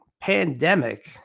pandemic